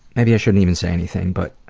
maybe i shouldn't even say anything, but,